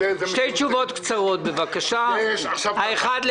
אנחנו כמובן פועלים לפי הוראות החוק ולפי הוראות היועץ.